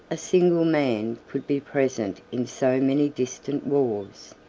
a single man could be present in so many distant wars.